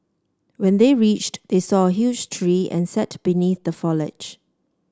when they reached they saw a huge tree and sat beneath the foliage